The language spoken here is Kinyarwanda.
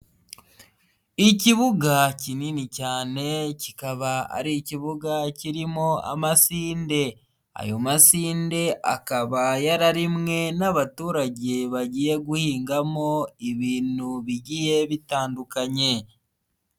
Ikibuga kinini cyane kikaba ari ikibuga kirimo amasinde, ayo masinde akaba yararemwe n'abaturage bagiye guhingamo ibintu bigiye bitandukanye.